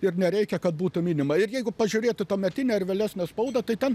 ir nereikia kad būtų minima ir jeigu pažiūrėt į tuometinę ir vėlesnę spaudą tai ten